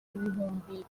ibihumbi